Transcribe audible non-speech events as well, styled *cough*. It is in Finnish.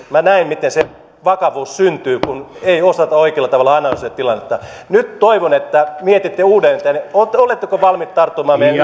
minä näin miten se vakavuus syntyy kun ei osata oikealla tavalla analysoida tilannetta nyt toivon että mietitte uudelleen oletteko oletteko valmiit tarttumaan meidän *unintelligible*